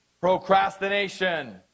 Procrastination